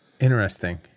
Interesting